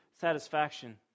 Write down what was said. satisfaction